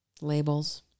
Labels